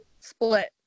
Split